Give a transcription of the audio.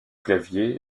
claviers